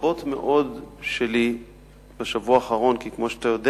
רבות מאוד שלי בשבוע האחרון כי כמו שאתה יודע